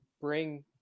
bring